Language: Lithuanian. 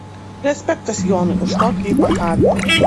respektas jonui už tokį įpakavimą